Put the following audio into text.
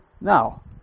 Now